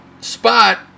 spot